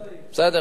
בסדר?